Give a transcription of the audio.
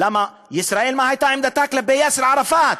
למה, ישראל, מה הייתה עמדתה כלפי יאסר ערפאת?